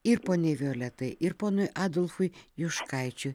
ir poniai violetai ir ponui adolfui juškaičiui